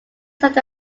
served